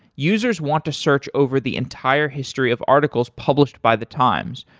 users want to search over the entire history of articles published by the times.